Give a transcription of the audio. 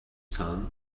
son